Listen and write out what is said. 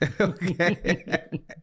Okay